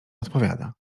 odpowiada